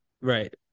Right